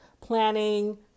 planning